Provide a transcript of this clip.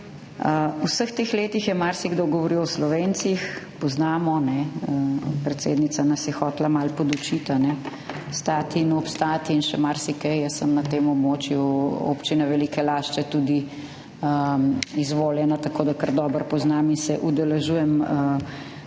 vseh teh letih je marsikdo govoril o Slovencih. Poznamo, kajne, predsednica nas je hotela malo podučiti, stati in obstati in še marsikaj. Jaz sem na tem območju Občine Velike Lašče tudi izvoljena, tako kar dobro poznam in se udeležujem mnogih